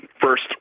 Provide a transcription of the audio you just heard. first